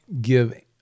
give